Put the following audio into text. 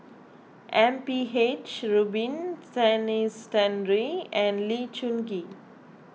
M P H Rubin Denis Santry and Lee Choon Kee